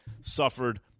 suffered